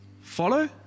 follow